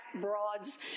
broads